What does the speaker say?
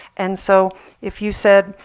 and so if you said,